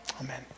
Amen